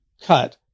cut